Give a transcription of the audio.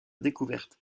découverte